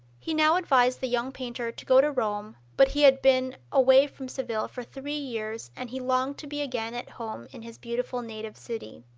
he now advised the young painter to go to rome, but he had been away from seville for three years, and he longed to be again at home in his beautiful native city.